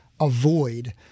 avoid